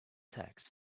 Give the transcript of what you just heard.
text